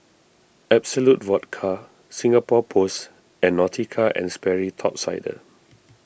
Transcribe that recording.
Absolut Vodka Singapore Post and Nautica and Sperry Top Sider